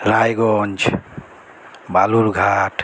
Raiganj Balurghat